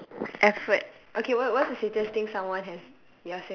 effort okay what what's the sweetest thing someone has